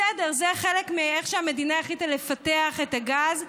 בסדר, זה חלק מאיך שהמדינה החליטה לפתח את הגז,